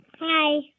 Hi